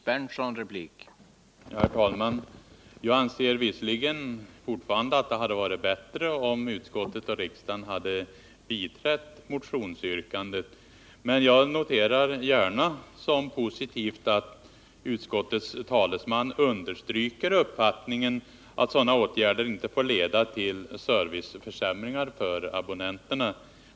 Herr talman! Jag anser visserligen fortfarande att det hade varit bättre om utskottet och kammaren hade biträtt motionsyrkandet, men jag noterar gärna som positivt att utskottets talesman understryker uppfattningen, att åtgärderna inte får leda till serviceförsämringar för abonnenterna.